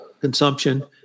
consumption